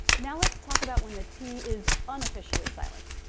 now let's talk about when the t is unofficially silent.